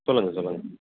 சொல்லுங்கள் சொல்லுங்கள்